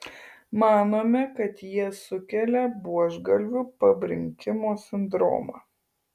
manome kad jie sukelia buožgalvių pabrinkimo sindromą